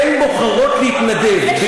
הן בוחרות להתנדב.